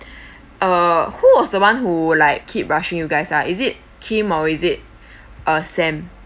uh who was the one who like keep rushing you guys uh is it kim or is it uh sam